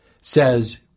says